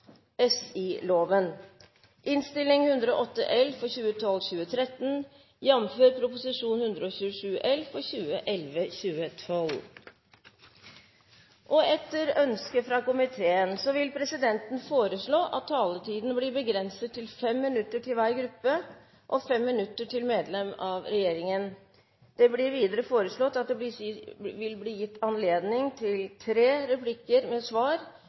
komiteens innstilling. Flere har ikke bedt om ordet til sak nr. 2. Etter ønske fra finanskomiteen vil presidenten foreslå at taletiden blir begrenset til 5 minutter til hvert parti og 5 minutter til medlem av regjeringen. Videre vil presidenten foreslå at det blir gitt anledning til tre replikker med svar